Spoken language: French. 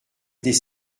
des